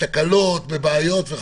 בתקלות ובבעיות.